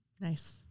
Nice